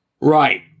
Right